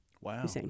Wow